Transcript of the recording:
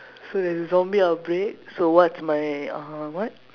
so if there's a zombie outbreak so what's my uh what